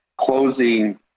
closing